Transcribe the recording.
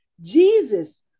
Jesus